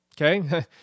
Okay